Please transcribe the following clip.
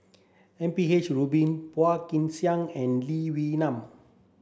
M P H Rubin Phua Kin Siang and Lee Wee Nam